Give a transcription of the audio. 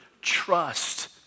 trust